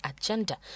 agenda